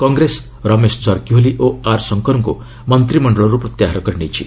କଂଗ୍ରେସ ରମେଶ ଜର୍କୀହୋଲି ଓ ଆର୍ ଶଙ୍କରଙ୍କୁ ମନ୍ତ୍ରିମଣ୍ଡଳରୁ ପ୍ରତ୍ୟାହାର କରିନେଇଛି